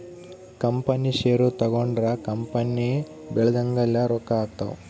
company share ತಗೊಂಡ್ರ company ಬೆಳ್ದಂಗೆಲ್ಲ ರೊಕ್ಕ ಆಗ್ತವ್